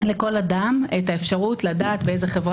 לכל אדם את האפשרות לדעת באיזה חברה